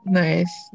nice